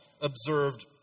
observed